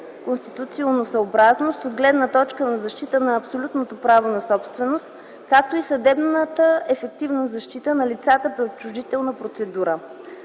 конституционосъобразност от гледна точка на защитата на абсолютното право на собственост, както и съдебната ефективна защита на лицата при отчуждителна процедура.